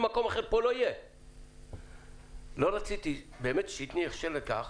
לא רציתי שתתני הכשר לכך